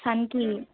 సన్కి